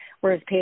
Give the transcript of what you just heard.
whereas